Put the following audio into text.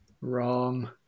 Wrong